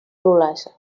nules